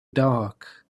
dark